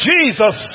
Jesus